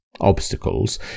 Obstacles